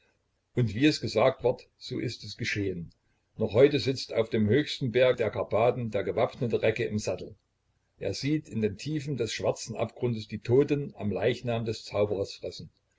und wie es gesagt ward so ist es geschehen noch heute sitzt auf dem höchsten berg der karpathen der gewappnete recke im sattel er sieht in den tiefen des schwarzen abgrundes die toten am leichnam des zauberers fressen